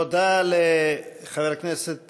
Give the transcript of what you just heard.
תודה לחבר הכנסת